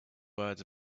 words